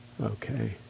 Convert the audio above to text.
Okay